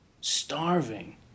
Starving